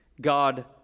God